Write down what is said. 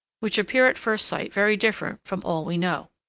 which appear at first sight very different from all we know.